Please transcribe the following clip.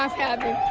happy.